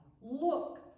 look